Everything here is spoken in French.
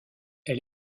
elle